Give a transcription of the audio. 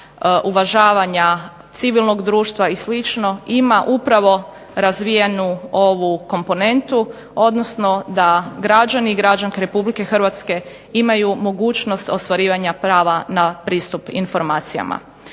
uvažavanja civilnog društva i sl. ima upravo razvijenu ovu komponentu odnosno da građani i građanke RH imaju mogućnost ostvarivanja prava na pristup informacijama.